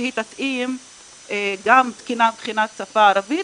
שהיא תתאים גם מבחינת תקינת השפה הערבית